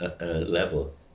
level